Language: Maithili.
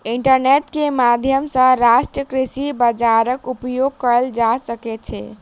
इंटरनेट के माध्यम सॅ राष्ट्रीय कृषि बजारक उपयोग कएल जा सकै छै